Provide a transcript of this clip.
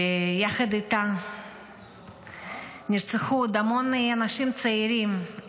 ויחד איתה נרצחו עוד המון אנשים צעירים,